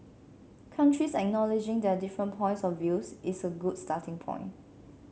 countries acknowledging their different points of views is a good starting point